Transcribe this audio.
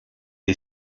est